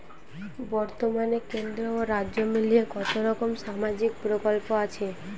বতর্মানে কেন্দ্র ও রাজ্য মিলিয়ে কতরকম সামাজিক প্রকল্প আছে?